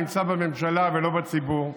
נמצא בממשלה ולא בציבור.